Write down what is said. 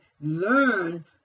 learn